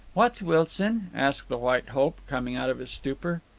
what's wilson? asked the white hope, coming out of his stupor.